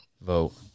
vote